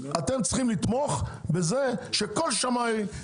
אתם צריכים לתמוך בזה שכל שמאי,